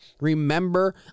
Remember